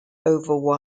over